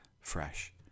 fresh